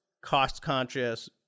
cost-conscious